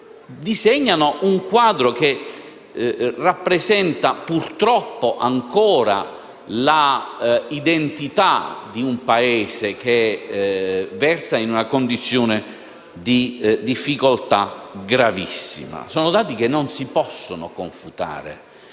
disegnano un quadro che - purtroppo - rappresenta ancora l'identità di un Paese che versa in una condizione di difficoltà gravissima. Sono dati che non si possono confutare.